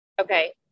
Okay